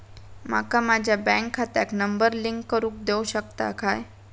माका माझ्या बँक खात्याक नंबर लिंक करून देऊ शकता काय?